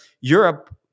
Europe